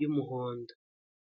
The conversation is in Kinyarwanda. y'umuhondo.